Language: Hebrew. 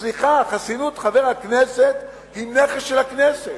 סליחה, חסינות חבר הכנסת היא נכס של הכנסת,